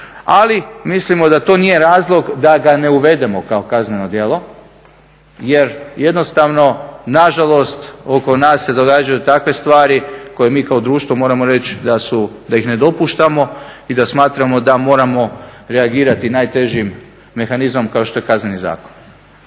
ali mislimo da to nije razlog da ga ne uvedemo kao kazneno djelo jer jednostavno nažalost oko nas se događaju takve stvari koje mi kao društvo moramo reći da su, da ih ne dopuštamo i da smatramo da moramo reagirati najtežim mehanizmom kao što je kazneni zakon.